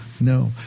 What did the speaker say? no